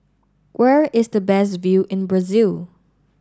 where is the best view in Brazil